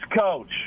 coach